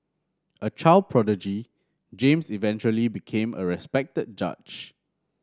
a child prodigy James eventually became a respected judge